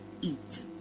eat